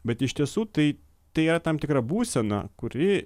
bet iš tiesų tai tai yra tam tikra būsena kuri